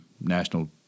National